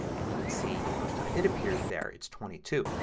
and you can see the first time it appears there it's twenty two.